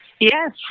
Yes